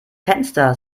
fenster